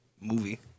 movie